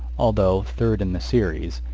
although third in the series,